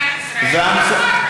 ואחר כך,